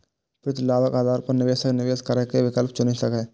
प्रतिलाभक आधार पर निवेशक निवेश करै के विकल्प चुनि सकैए